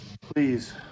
please